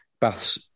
Bath's